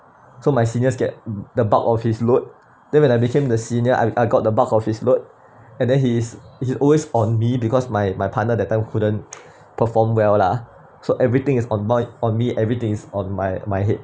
so my seniors get the bulk of his load then when I became the senior I I got the bulk of his load and then he's he always on me because my my partner that time couldn't perform well lah so everything is my on me everything's on my my head